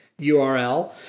URL